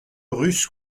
russe